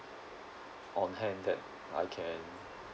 on hand that I can